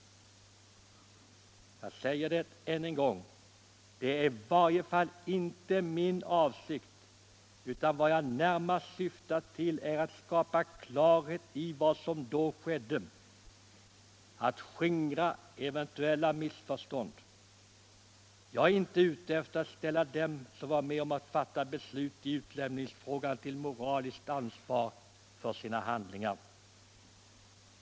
Och jag säger ännu en gång att det i varje fall inte är min avsikt, utan vad jag närmast syftar till är att skapa klarhet i vad som då skedde, att skingra eventuella missförstånd. Jag är inte ute efter att ställa dem som var med om att fatta beslut i utlämningsfrågan till moraliskt ansvar för sina handlingar.